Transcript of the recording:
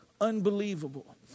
unbelievable